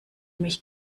mich